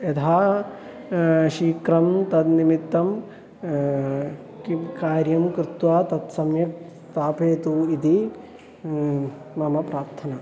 यथा शीघ्रं तन्निमित्तं किं कार्यं कृत्वा तत् सम्यक् स्थापयतु इति मम प्रार्थना